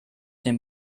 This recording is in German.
den